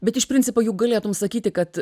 bet iš principo juk galėtum sakyti kad